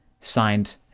signed